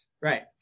right